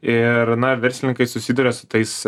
ir na verslininkai susiduria su tais